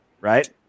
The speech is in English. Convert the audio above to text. right